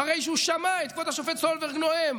אחרי שהוא שמע את כבוד השופט סולברג נואם,